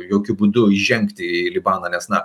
jokiu būdu įžengti į libaną nes na